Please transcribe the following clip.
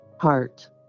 Heart